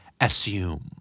Assume